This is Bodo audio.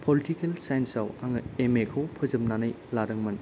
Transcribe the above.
पलितिकेल साइन्स आव आङो एम ए खौ फोजोबनानै लादोंमोन